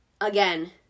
again